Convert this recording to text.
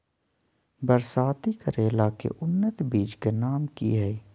बरसाती करेला के उन्नत बिज के नाम की हैय?